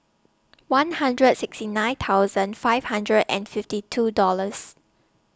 one hundred sixty nine thousand five hundred and fifty two Dollars